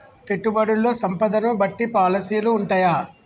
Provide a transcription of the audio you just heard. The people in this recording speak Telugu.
పెట్టుబడుల్లో సంపదను బట్టి పాలసీలు ఉంటయా?